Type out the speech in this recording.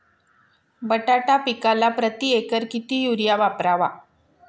बटाटा पिकाला प्रती एकर किती युरिया वापरावा?